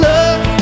Love